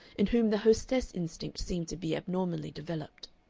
in whom the hostess instinct seemed to be abnormally developed.